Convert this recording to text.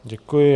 Děkuji.